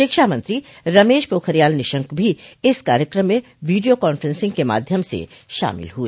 शिक्षा मंत्री रमेश पोखरियाल निशंक भी इस कार्यक्रम में वीडियो कांफ्रेंसिंग के माध्यम से शामिल हुए